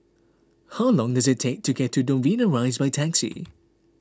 how long does it take to get to Novena Rise by taxi